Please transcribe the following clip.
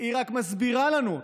רק מסבירה לנו.